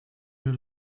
mir